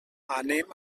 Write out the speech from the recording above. anem